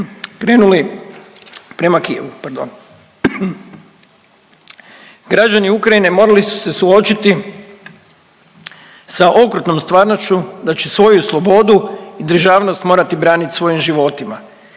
krenuli prema Kijevu. Pardon. Građani Ukrajine morali su se suočiti sa okrutnom stvarnošću da će svoju slobodu i državnost morati branit svojim životima.